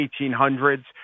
1800s